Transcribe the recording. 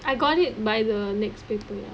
I got it by the next paper